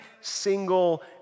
single